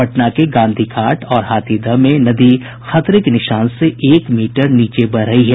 पटना के गांधी घाट और हाथीदह में नदी खतरे के निशान से एक मीटर नीचे बह रही है